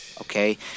Okay